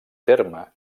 terme